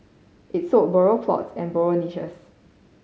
it sold burial plots and burial niches